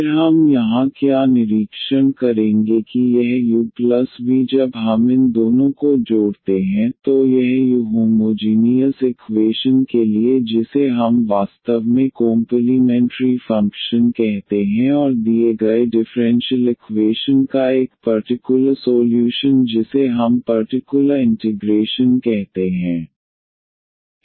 फिर हम यहाँ क्या निरीक्षण करेंगे कि यह u v जब हम इन दोनों को जोड़ते हैं तो यह u होमोजीनीयस इकवेशन के लिए जिसे हम वास्तव में कोम्पलीमेंटरी फ़ंक्शन कहते हैं और दिए गए डिफ़्रेंशियल इकवेशन का एक पर्टिकुलर सोल्यूशन जिसे हम पर्टिकुलर इंटिग्रेशन कहते हैं